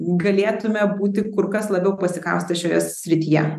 galėtume būti kur kas labiau pasikaustę šioje srityje